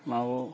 ನಾವು